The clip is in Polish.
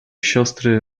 siostry